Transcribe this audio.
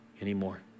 anymore